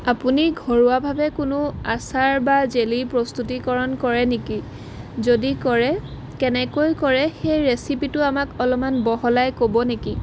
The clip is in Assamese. আপুনি ঘৰুৱাভাৱে কোনো আচাৰ বা জেলি প্ৰস্তুতিকৰণ কৰে নেকি যদি কৰে কেনেকৈ কৰে সেই ৰেচিপিটো আমাক অলপমান বহলাই ক'ব নেকি